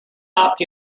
top